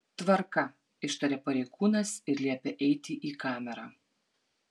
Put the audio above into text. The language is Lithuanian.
tvarka ištaria pareigūnas ir liepia eiti į kamerą